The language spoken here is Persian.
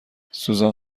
سوزان